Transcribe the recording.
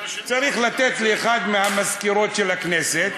צריך לתת לאחת מהמזכירות של הכנסת